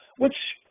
which,